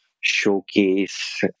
showcase